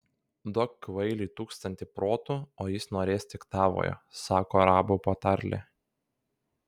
duok kvailiui tūkstantį protų o jis norės tik tavojo sako arabų patarlė